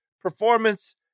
performance